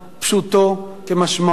פשוטו כמשמעו.